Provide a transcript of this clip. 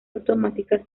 automática